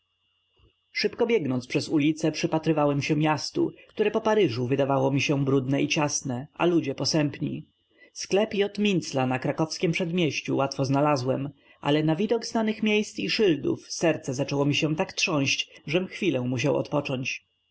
szybko biegnąc przez ulice przypatrywałem się miastu które po paryżu wydawało mi się brudne i ciasne a ludzie posępni sklep j mincla na krakowskiem przedmieściu łatwo znalazłem ale na widok znanych miejsc i szyldów serce zaczęło mi się tak trząść żem chwilę musiał odpocząć